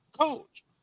coach